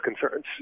concerns